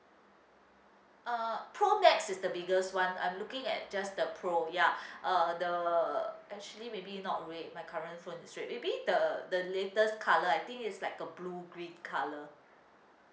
uh pro max is the biggest [one] I'm looking at just the pro ya uh the actually maybe not red my current phone is red maybe the the latest colour I think it's like a blue green colour